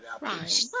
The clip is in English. Right